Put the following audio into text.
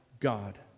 God